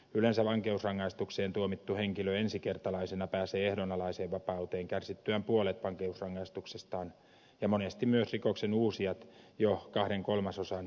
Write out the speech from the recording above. yleensä vankeusrangaistukseen tuomittu henkilö ensikertalaisena pääsee ehdonalaiseen vapauteen kärsittyään puolet vankeusrangaistuksestaan ja monesti myös rikoksen uusijat jo kahden kolmasosan vankeusajan jälkeen